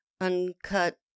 uncut